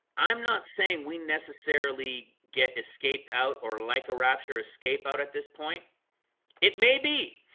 i'm, not saying we necessarily get escaped out or like a rapture escape out at this point it may be